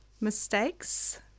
mistakes